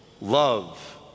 love